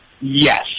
Yes